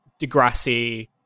Degrassi